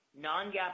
Non-GAAP